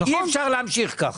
אי אפשר להמשיך כך.